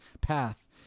path